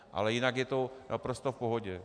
Ale jinak je to naprosto v pohodě.